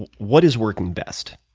what is working best?